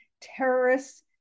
terrorists